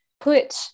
put